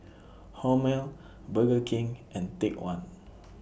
Hormel Burger King and Take one